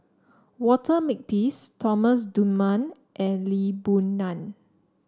Walter Makepeace Thomas Dunman and Lee Boon Ngan